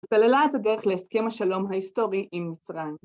‫סללה את הדרך להסכם ‫השלום ההיסטורי עם מצרים.